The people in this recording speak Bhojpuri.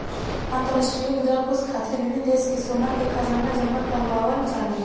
अंतरराष्ट्रीय मुद्रा कोष खातिर विभिन्न देश सब सोना के खजाना जमा करावल जाला